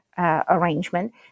Arrangement